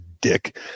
dick